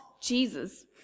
Jesus